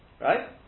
right